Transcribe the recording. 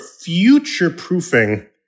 future-proofing